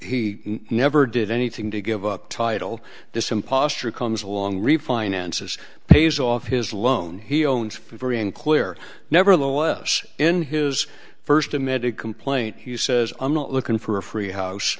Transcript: he never did anything to give up title this impostor comes along refinances pays off his loan he owns for very unclear nevertheless in his first emitted complaint he says i'm not looking for a free house